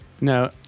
No